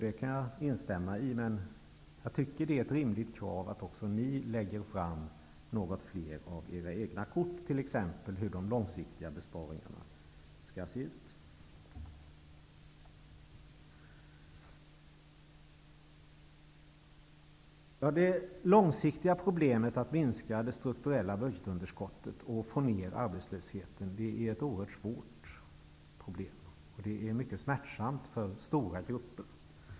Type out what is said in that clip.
Det kan jag också instämma i, men jag tycker att det är ett rimligt krav att också ni socialdemokrater lägger fram några fler av era kort, som t.ex. hur de långsiktiga besparingarna skall se ut. Det långsiktiga problemet att minska det strukturella budgetunderskottet och att få ner arbetslösheten är oerhört svårt. Stora grupper har det mycket smärtsamt.